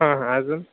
हां हां अजून